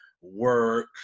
work